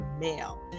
male